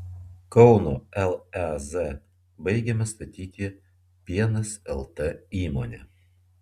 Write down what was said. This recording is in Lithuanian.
kauno lez baigiama statyti pienas lt įmonė